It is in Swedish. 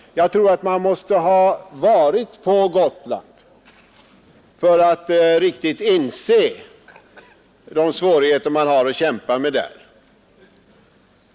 Jag tror att man måste ha varit på Gotland för att riktigt inse Gotland de svårigheter som Gotland har att kämpa med.